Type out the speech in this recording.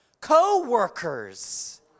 co-workers